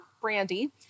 brandy